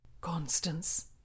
Constance